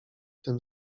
tym